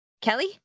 Kelly